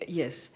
yes